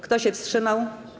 Kto się wstrzymał?